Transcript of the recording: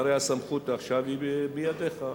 והרי הסמכות עכשיו היא בידיך,